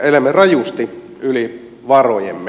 elämme rajusti yli varojemme